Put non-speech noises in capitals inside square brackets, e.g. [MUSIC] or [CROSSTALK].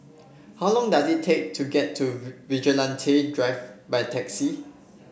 how long does it take to get to [UNINTELLIGIBLE] Vigilante Drive by taxi